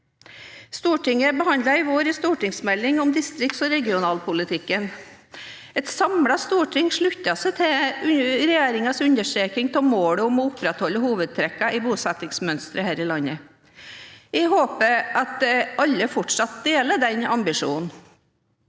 Stortinget behandlet i vår en stortingsmelding om distrikts- og regionalpolitikken. Et samlet storting sluttet seg til regjeringens understreking av målet om å opprettholde hovedtrekkene i bosettingsmønsteret her i landet. Jeg håper at alle fortsatt deler den ambisjonen.